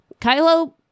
Kylo